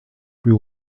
plus